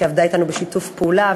שעבדה אתנו בשיתוף פעולה,